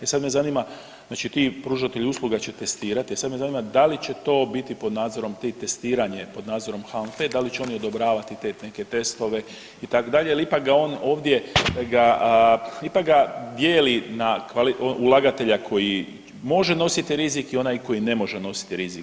E sad me zanima, znači ti pružatelji usluga će testirati, e sad me zanima da li će to biti pod nadzorom ti testiranje pod nadzorom HANFE da li će oni odobravati te neke testove itd., jer ipak ga on ovdje, ovdje ga dijeli na ulagatelja koji može nositi rizik i onaj koji ne može nositi rizik.